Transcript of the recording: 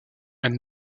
elle